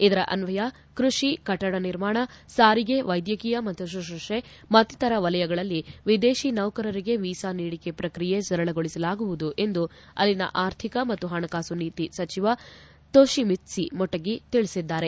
ಇದರ ಅನ್ವಯ ಕೃಷಿ ಕಟ್ಟಡ ನಿರ್ಮಾಣ ಸಾರಿಗೆ ವೈದ್ಯಕೀಯ ಮತ್ತು ಶುಶೂಷೆ ಮತ್ತಿತರ ವಲಯಗಳಲ್ಲಿ ವಿದೇಶಿ ನೌಕರರಿಗೆ ವೀಸಾ ನೀಡಿಕೆ ಪ್ರಕ್ರಿಯೆ ಸರಳಗೊಳಿಸಲಾಗುವುದು ಎಂದು ಅಲ್ಲಿನ ಆರ್ಥಿಕ ಮತ್ತು ಹಣಕಾಸು ನೀತಿ ಸಚಿವ ತೊಷಿಮಿತ್ಸು ಮೊಟೆಗಿ ತಿಳಿಸಿದ್ದಾರೆ